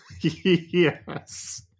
Yes